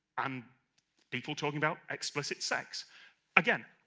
um people talking about explicit sex again,